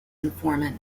informant